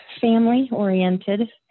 family-oriented